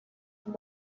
from